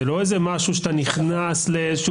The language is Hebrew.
זה לא איזה משהו שאתה נכנס לתוך,